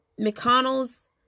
McConnell's